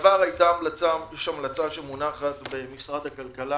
יש המלצה שמונחת במשרד הכלכלה